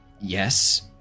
Yes